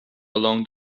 along